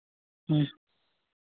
ᱦᱮᱸ